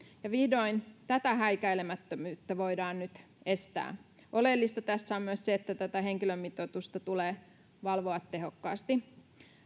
ja vihdoin tätä häikäilemättömyyttä voidaan nyt estää oleellista tässä on myös se että tätä henkilömitoitusta tulee valvoa tehokkaasti